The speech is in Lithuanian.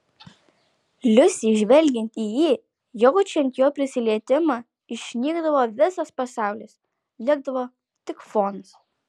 liusei žvelgiant į jį jaučiant jo prisilietimą išnykdavo visas pasaulis likdavo tik fonas